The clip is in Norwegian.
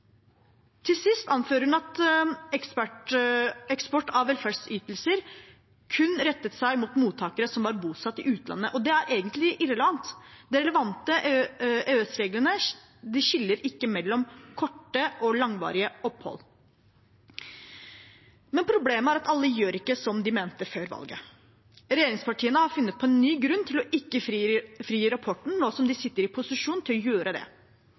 Til sist anfører hun at eksport av velferdsytelser kun rettet seg mot mottakere som var bosatt i utlandet. Det er egentlig irrelevant, de relevante EØS-reglene skiller ikke mellom korte og langvarige opphold. Problemet er at ikke alle gjør som de mente før valget. Regjeringspartiene har funnet på en ny grunn til å ikke frigi rapporten nå som de sitter i posisjon til å gjøre det,